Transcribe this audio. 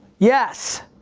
yes.